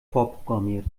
vorprogrammiert